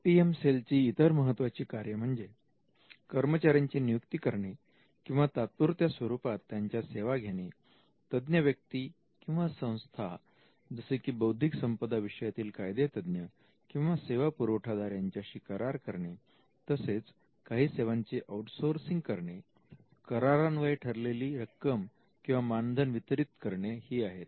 I P L सेलची इतर महत्त्वाची कार्ये म्हणजे कर्मचाऱ्यांची नियुक्ती करणे किंवा तात्पुरत्या स्वरूपात त्यांच्या सेवा घेणे तज्ञ व्यक्ती किंवा संस्था जसे की बौद्धिक संपदा विषयातील कायदेतज्ञ किंवा सेवा पुरवठादार यांच्याशी करार करणे तसेच काही सेवांचे आउटसोर्सिंग करणे करारान्वये ठरलेली रक्कम किंवा मानधन वितरित करणे ही आहेत